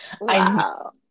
Wow